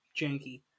janky